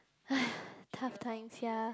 tough times ya